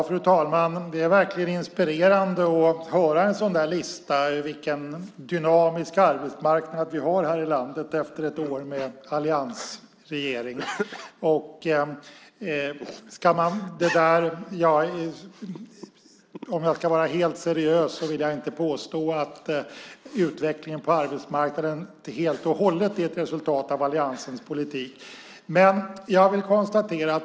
Fru talman! Det är verkligen inspirerande att höra en sådan lista över vilken dynamisk arbetsmarknad vi har här i landet efter ett år med alliansregeringen. Om jag ska vara helt seriös vill jag inte påstå att utvecklingen på arbetsmarknaden helt och hållet är ett resultat av alliansens politik.